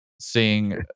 seeing